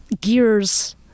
gears